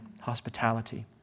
hospitality